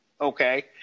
okay